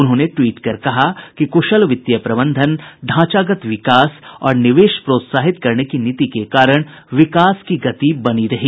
उन्होंने ट्वीट कर कहा कि कुशल वित्तीय प्रबंधन ढांचागत विकास और निवेश प्रोत्साहित करने की नीति के कारण विकास की गति बनी रही